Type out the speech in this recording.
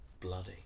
bloody